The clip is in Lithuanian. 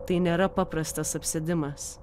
tai nėra paprastas apsėdimas